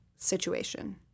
situation